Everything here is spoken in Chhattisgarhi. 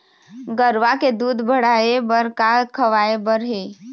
गरवा के दूध बढ़ाये बर का खवाए बर हे?